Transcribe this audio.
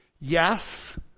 Yes